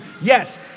Yes